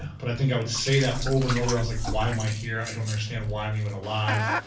but i think i would say that over and over, i was like why am i here, i don't understand why i'm even alive.